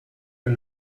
and